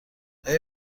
آیا